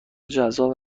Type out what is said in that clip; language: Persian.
جذاب